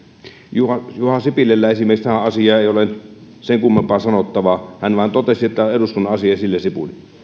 juha juha sipilällä esimerkiksi tähän asiaan ei ole sen kummempaa sanottavaa hän vain totesi että tämä on eduskunnan asia ja sillä sipuli